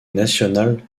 national